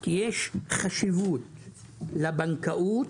כי יש חשיבות לבנקאות,